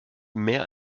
mehr